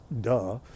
duh